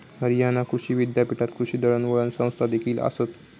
हरियाणा कृषी विद्यापीठात कृषी दळणवळण संस्थादेखील आसत